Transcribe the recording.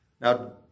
Now